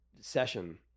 session